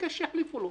וביקש שיחליפו לו.